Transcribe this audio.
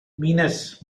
minas